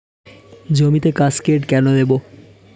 জমিতে কাসকেড কেন দেবো?